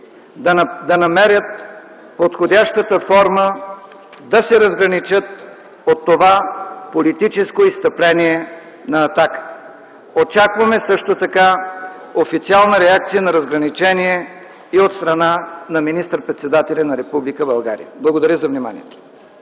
да намерят подходящата форма, да се разграничат от това политическо изстъпление на „Атака”. Очакваме също така официална реакция на разграничение и от страна на министър-председателя на Република България. Благодаря за вниманието.